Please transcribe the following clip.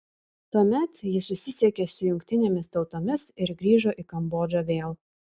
tuomet ji susisiekė su jungtinėmis tautomis ir grįžo į kambodžą vėl